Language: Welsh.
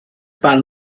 barn